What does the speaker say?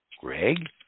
Greg